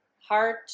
heart